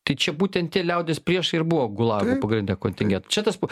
tai čia būtent tie liaudies priešai ir buvo gulagų pagrinde kontingentui čia tas pats